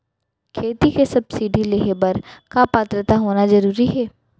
खेती के सब्सिडी लेहे बर का पात्रता होना जरूरी हे?